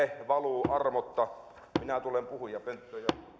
valuu armotta minä tulen puhujapönttöön